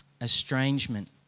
Estrangement